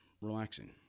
relaxing